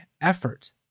effort